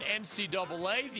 NCAA